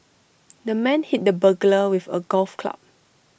the man hit the burglar with A golf club